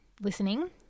listening